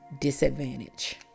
Disadvantage